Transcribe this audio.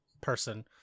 person